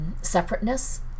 separateness